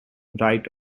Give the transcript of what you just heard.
right